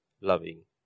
loving